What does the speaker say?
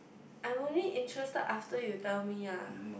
I'm only interested after you tell me lah